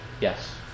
yes